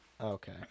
Okay